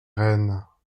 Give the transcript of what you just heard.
rennes